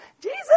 Jesus